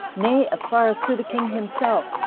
nay, as far as to the king himself,